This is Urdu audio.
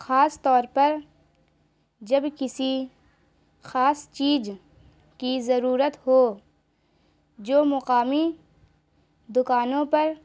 خاص طور پر جب کسی خاص چیز کی ضرورت ہو جو مقامی دکانوں پر